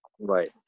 Right